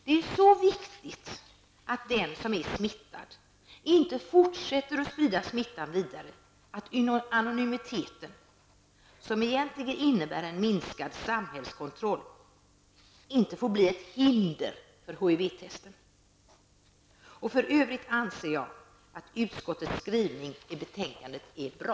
Det är så viktigt att den som är smittad inte sprider smittan vidare, att anonymiteten som innebär en minskad samhällskontroll inte får bli ett hinder för HIV-testen. I övrigt anser jag att utskottets skrivning i betänkandet är bra.